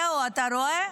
זהו, אתה רואה?